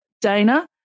Dana